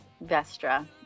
Vestra